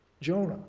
Jonah